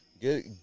Get